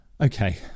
Okay